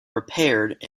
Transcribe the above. repaired